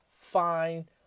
fine